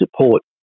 support